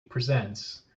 presents